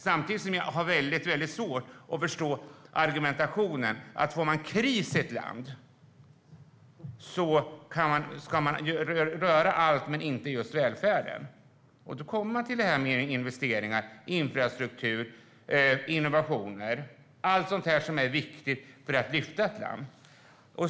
Samtidigt har jag väldigt svårt att förstå argumentationen att om man har kris i ett land, då ska man röra allt men inte just välfärden. Då kommer man till detta med investeringar, infrastruktur och innovationer, allt sådant som är viktigt att lyfta fram.